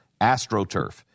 astroturf